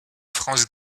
france